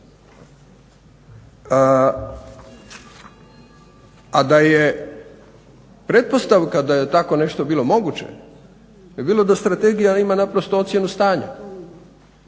A da je pretpostavka da je tako nešto bilo moguće je bilo da strategija ima naprosto ocjenu stanja,